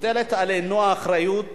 מוטלת עלינו האחריות